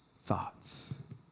thoughts